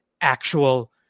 actual